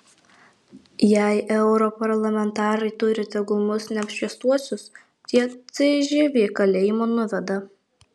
jei europarlamentarai turi tegul mus neapšviestuosius prie cžv kalėjimo nuveda